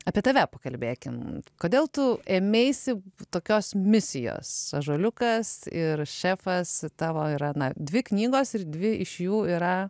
apie tave pakalbėkim kodėl tu ėmeisi tokios misijos ąžuoliukas ir šefas tavo yra na dvi knygos ir dvi iš jų yra